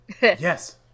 yes